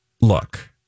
look